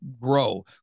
grow